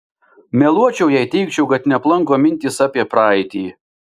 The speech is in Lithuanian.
meluočiau jei teigčiau kad neaplanko mintys apie praeitį